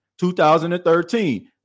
2013